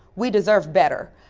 we deserve better.